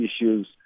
issues